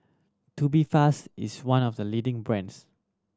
Tubifast is one of the leading brands